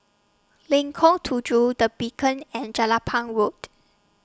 Lengkong Tujuh The Beacon and Jelapang Road